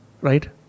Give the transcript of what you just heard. right